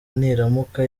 niramuka